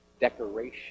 decoration